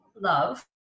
love